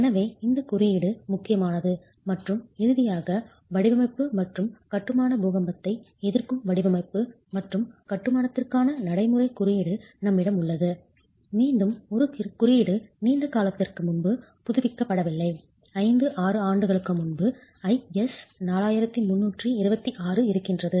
எனவே இந்த குறியீடு முக்கியமானது மற்றும் இறுதியாக வடிவமைப்பு மற்றும் கட்டுமான பூகம்பத்தை எதிர்க்கும் வடிவமைப்பு மற்றும் கட்டுமானத்திற்கான நடைமுறைக் குறியீடு நம்மிடம் உள்ளது மீண்டும் ஒரு குறியீடு நீண்ட காலத்திற்கு முன்பு புதுப்பிக்கப்படவில்லை 5 6 ஆண்டுகளுக்கு முன்பு IS 4326 இருக்கின்றது